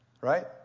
Right